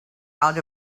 out